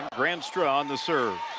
granstra on the serve.